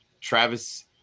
Travis